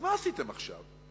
אז מה עשיתם עכשיו?